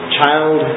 child